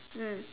mm